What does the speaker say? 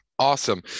Awesome